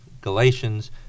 Galatians